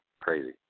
crazy